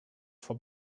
for